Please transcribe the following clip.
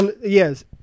Yes